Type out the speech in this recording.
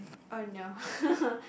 oh no